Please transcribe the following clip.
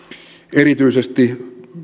erityisesti